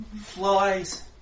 flies